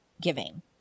giving